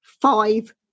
five